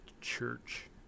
church